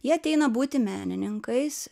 jie ateina būti menininkais